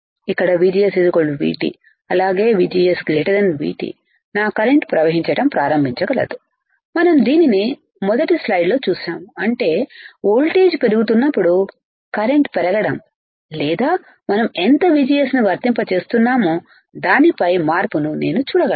ఇక్కడ VGS VT అలాగే VGS VT నా కరెంట్ ప్రవహించటం ప్రారంభించగలదు మనం దీనిని మొదటి స్లైడ్ లో చూశాము అంటే వోల్టేజ్ పెరుగుతున్నప్పుడు కరెంట్ పెరగడం లేదా మనం ఎంత VGS ను వర్తింపజేస్తున్నామో దానిపై మార్పును నేను చూడగలను